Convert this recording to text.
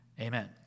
amen